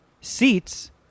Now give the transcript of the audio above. seats